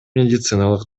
медициналык